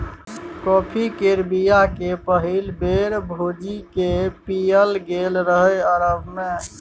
coffee केर बीया केँ पहिल बेर भुजि कए पीएल गेल रहय अरब मे